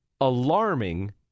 alarming